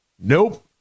Nope